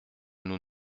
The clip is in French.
nous